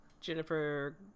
Jennifer